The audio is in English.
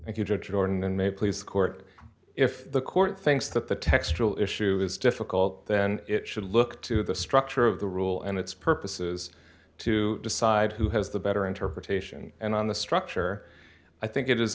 thank you joe jordan and may please the court if the court thinks that the textural issue is difficult then it should look to the structure of the rule and its purposes to decide who has the better interpretation and on the structure i think it is